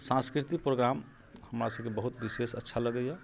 साँस्कृतिक प्रोग्राम हमरासबके बहुत विशेष अच्छा लगैए